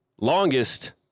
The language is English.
longest